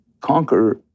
conquer